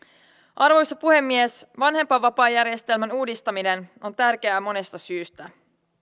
arvoisa puhemies vanhempainvapaajärjestelmän uudistaminen on tärkeää monesta syystä